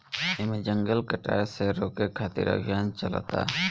एमे जंगल कटाये से रोके खातिर अभियान चलता